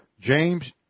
James